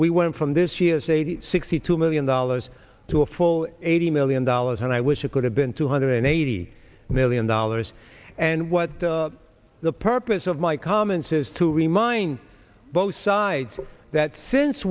we want from this g s a to sixty two million dollars to a full eighty million dollars and i wish we could have been two hundred eighty million dollars and what the purpose of my comments is to remind both sides that since